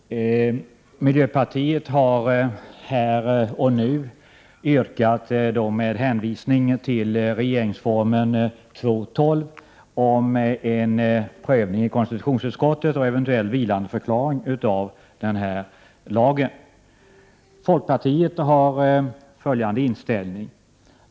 Fru talman! Miljöpartiet har här och nu yrkat, med hänvisning till regeringsformen 2:12, på en prövning i konstitutionsutskottet och eventuell vilandeförklaring av den här lagen. Folkpartiet har följande inställning.